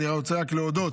אני רוצה רק להודות